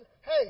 hey